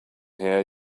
here